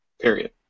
period